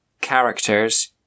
characters